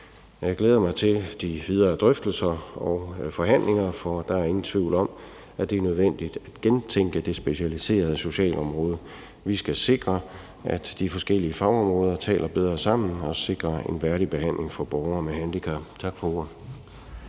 Jeg glæder mig til de videre drøftelser og forhandlinger, for der er ingen tvivl om, at det er nødvendigt at gentænke det specialiserede socialområde. Vi skal sikre, at de forskellige fagområder taler bedre sammen, og vi skal sikre en værdig behandling for borgere med handicap. Tak for ordet.